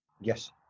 yes